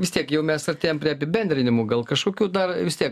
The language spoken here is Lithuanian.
vis tiek jau mes artėjam prie apibendrinimų gal kažkokių dar vis tiek